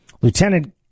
Lieutenant